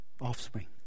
offspring